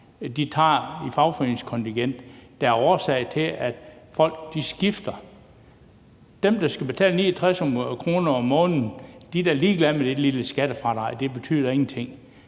Hus tager i fagforeningskontingent, der er årsag til, at folk skifter? Dem, der skal betale 69 kr. om måneden, er da ligeglade med det lille skattefradrag. Det betyder ingenting.